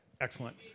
Excellent